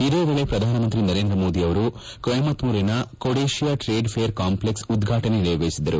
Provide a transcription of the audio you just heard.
ಇದೇ ವೇಳೆ ಪ್ರಧಾನಮಂತ್ರಿ ನರೇಂದ್ರ ಮೋದಿ ಅವರು ಕೊಯಮತ್ತೂರಿನ ಕೊಡಿಶಿಯಾ ಟ್ರೇಡ್ ಫೇರ್ ಕಾಂಪ್ಲೆಕ್ಸ್ ಉದ್ವಾಟನೆ ನೆರವೇರಿಸಿದರು